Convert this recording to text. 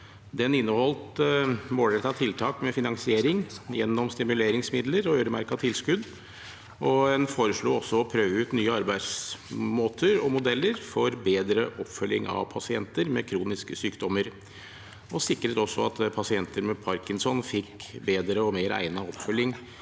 Den inneholdt målrettede tiltak med finansiering gjennom stimuleringsmidler og øremerkede tilskudd. En foreslo også å prøve ut nye arbeidsmåter og modeller for bedre oppfølging av pasienter med kroniske sykdommer og sikret også at pasienter med Parkinson fikk bedre og mer egnet oppfølging